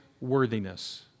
worthiness